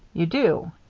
you do.